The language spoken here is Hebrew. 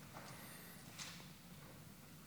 לשם